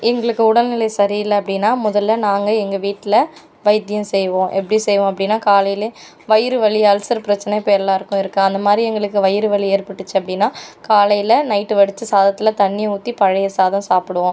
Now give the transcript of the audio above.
எங்களுக்கு உடல்நிலை சரியில்லை அப்படின்னா முதலில் நாங்கள் எங்கள் வீட்டில் வைத்தியம் செய்வோம் எப்படி செய்வோம் அப்படின்னா காலையிலே வயிறு வலி அல்சர் பிரச்சின இப்போ எல்லோருக்கும் இருக்கா அந்தமாதிரி எங்களுக்கு வயிறு வலி ஏற்பட்டுச்சு அப்படின்னா காலையில் நைட் வடித்த சாதத்தில் தண்ணி ஊற்றி பழைய சாதம் சாப்புடுவோம்